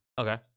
Okay